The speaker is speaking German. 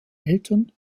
eltern